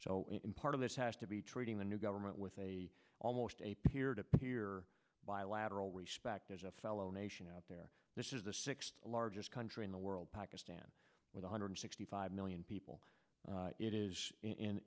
in part of this has to be treating the new government with a almost a peer to peer bilateral respect as a fellow nation out there this is the sixth largest country in the world pakistan with one hundred sixty five million people it is in